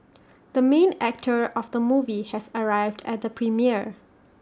the main actor of the movie has arrived at the premiere